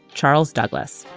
charles douglas.